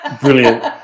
brilliant